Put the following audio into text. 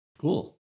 cool